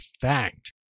fact